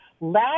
Last